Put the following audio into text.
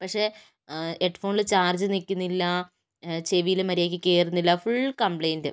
പക്ഷേ ഹെഡ് ഫോണിൽ ചാർജ് നിൽക്കുന്നില്ലാ ചെവിയിൽ മര്യാദക്ക് കയറുന്നില്ല ഫുൾ കംപ്ലെയിൻ്റ്